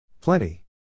Plenty